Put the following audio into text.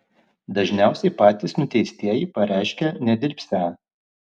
dažniausiai patys nuteistieji pareiškia nedirbsią